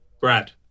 Brad